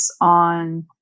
on